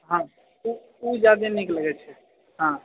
हाँ ओ ओ जादे नीक लगै छै हाँ